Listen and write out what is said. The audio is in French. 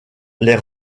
les